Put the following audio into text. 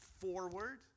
forward